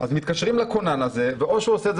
אז מתקשרים לכונן הזה והוא עושה את